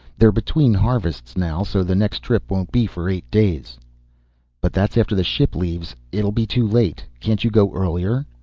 they're between harvests now, so the next trip won't be for eight days but that's after the ship leaves it'll be too late. can't you go earlier?